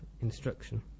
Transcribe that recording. instruction